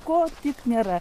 ko tik nėra